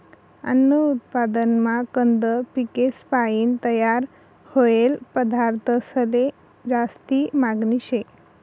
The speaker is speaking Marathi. अन्न उत्पादनमा कंद पिकेसपायीन तयार व्हयेल पदार्थंसले जास्ती मागनी शे